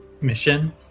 mission